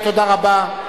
תודה רבה.